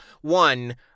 One